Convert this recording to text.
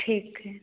ठीक है